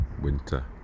winter